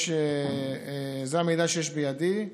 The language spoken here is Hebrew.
זה המידע שיש בידי.